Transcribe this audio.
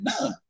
none